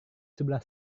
sebelah